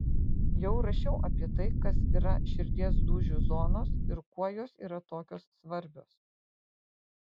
jau rašiau apie tai kas yra širdies dūžių zonos ir kuo jos yra tokios svarbios